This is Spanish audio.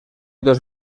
dos